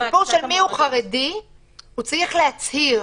צריך להצהיר.